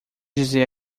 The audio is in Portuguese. dizer